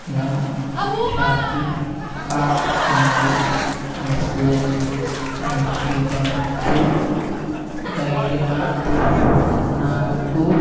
నా shopping cart నుండి Nestle Milky Bar చూ బైడినాథ్ నాగపూర్